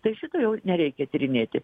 tai šito jau nereikia tyrinėti